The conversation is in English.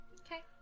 Okay